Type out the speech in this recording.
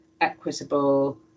equitable